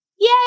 Yay